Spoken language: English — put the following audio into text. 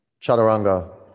Chaturanga